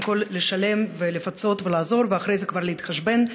כול לשלם ולפצות ולעזור ואחרי זה כבר להתחשבן.